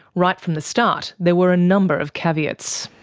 right from the start, there were a number of caveats.